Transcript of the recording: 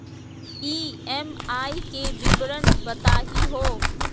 EMI के विवरण बताही हो?